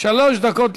שלוש דקות לרשותך,